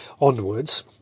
onwards